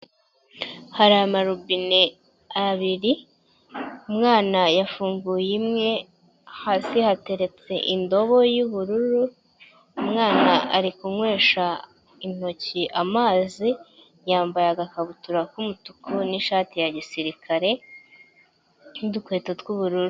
Hari amarobine abiri umwana yafunguye imwe hasi hateretse indobo y'ubururu, umwana ari kunywesha intoki amazi yambaye agakabutura k'umutuku n'ishati ya gisirikare n'udukweto tw'ubururu.